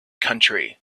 country